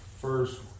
first